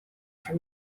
for